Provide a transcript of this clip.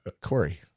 Corey